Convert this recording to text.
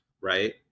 Right